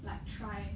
like try